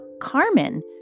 Carmen